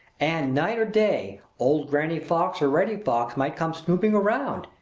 and night or day old granny fox or reddy fox might come snooping around,